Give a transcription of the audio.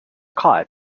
caught